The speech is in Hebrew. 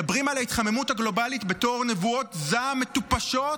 מדברים על ההתחממות הגלובלית בתור "נבואות זעם מטופשות"